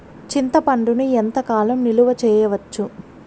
చింతపండును ఎంత కాలం నిలువ చేయవచ్చు?